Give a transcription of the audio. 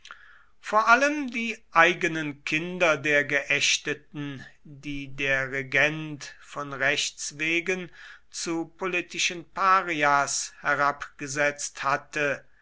vor allem die eigenen kinder der geächteten die der regent von rechts wegen zu politischen parias herabgesetzt hatte